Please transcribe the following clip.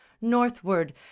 northward